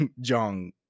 jong